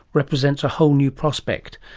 represents a whole new prospect,